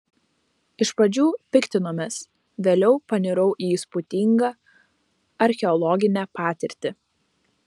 iš pradžių piktinomės vėliau panirau į įspūdingą archeologinę patirtį